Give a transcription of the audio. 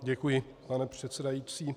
Děkuji, pane předsedající.